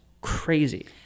crazy